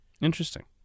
Interesting